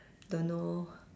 don't know